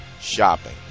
shopping